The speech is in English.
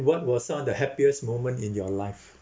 what was one of the happiest moment in your life